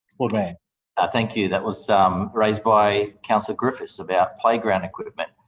lord mayor ah thank you that was raised by councillor griffiths about playground equipment.